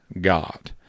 God